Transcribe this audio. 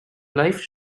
life